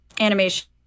Animation